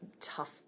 tough